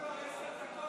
דיברת כבר עשר דקות.